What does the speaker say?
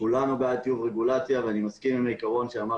כולנו בעד טיוב רגולציה ואני מסכים עם העיקרון שאמר